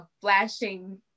flashing